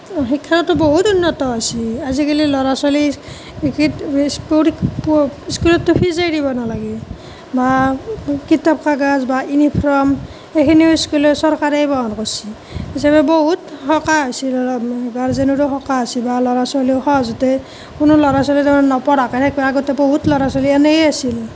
অঁ শিক্ষাটো বহুত উন্নত হৈছে আজিকালি ল'ৰা ছোৱালী স্কুলততো ফিজেই দিব নালাগে বা কিতাপ কাগজ বা ইউনিফৰ্ম এইখিনিও স্কুলৰ চৰকাৰেই বহন কৰিছে সেই হিচাপে বহুত সকাহ হৈছে ধৰক মানে গাৰ্জেনৰো সকাহ হৈছে বা ল'ৰা ছোৱালীও সহজতে কোনো ল'ৰা ছোৱালী যাতে নপঢ়াকে থাকে আগতে বহুত ল'ৰা ছোৱালী এনেই আছিল